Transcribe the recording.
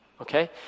okay